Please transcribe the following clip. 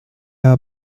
are